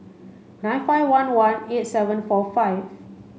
nine five one one eight seven four five